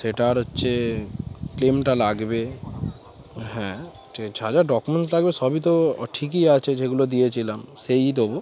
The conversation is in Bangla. সেটার হচ্ছে ক্লেমটা লাগবে হ্যাঁ যা যা ডকুমেন্টস লাগবে সবই তো ঠিকই আছে যেগুলো দিয়েছিলাম সেই দেবো